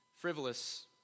frivolous